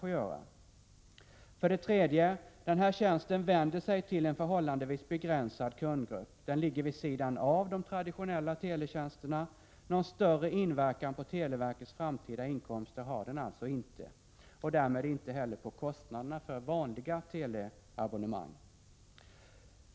67 För det tredje: Den tjänsten vänder sig till en förhållandevis begränsad kundgrupp. Den ligger vid sidan av de traditionella teletjänsterna. Någon större inverkan på televerkets framtida inkomster har den alltså inte, och därmed inte heller på kostnaderna för vanliga telefonabonnemang.